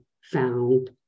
found